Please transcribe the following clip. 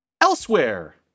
Elsewhere